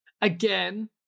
Again